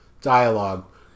dialogue